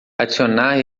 adicionar